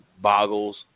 boggles